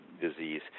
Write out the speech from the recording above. disease